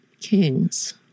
Kings